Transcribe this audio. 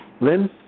Lynn